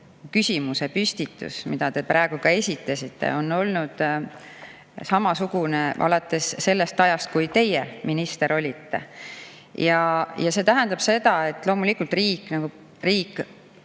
küsimuse püstitus, mida te praegu esitasite, on olnud samasugune alates sellest ajast, kui teie minister olite. See tähendab seda, et loomulikult võtab riik